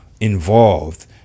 involved